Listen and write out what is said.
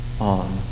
on